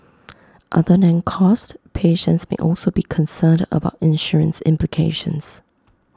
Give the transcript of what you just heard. other than cost patients may also be concerned about insurance implications